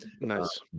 Nice